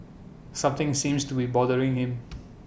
something seems to be bothering him